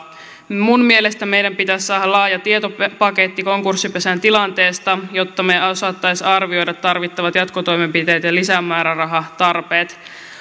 minun mielestäni meidän pitäisi saada laaja tietopaketti konkurssipesän tilanteesta jotta me osaisimme arvioida tarvittavat jatkotoimenpiteet ja lisämäärärahatarpeet